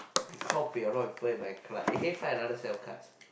I kao pei a lot of people in my class eh can you find another set of cards